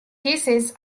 cases